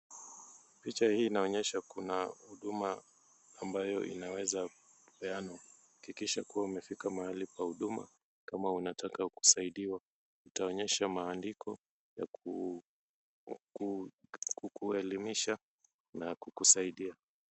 Picha hii inaonyesha kuna huduma ambayo inaweza kupeanwa. Hakikisha kuwa umefika mahali pa huduma kama unataka kusaidiwa. Utaonyeshwa maandiko ya kukuelimisha na kukusaidia.